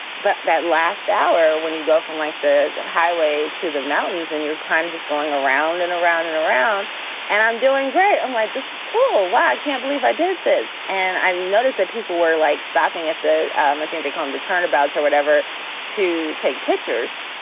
but that last hour, when you go from like the highway to the mountains and you're kind of just going around and around and around and i'm doing great. i'm like, this is cool. wow. i can't believe i did this. and i noticed that people were like snapping at the thing, they come to turnabouts or whatever to take pictures.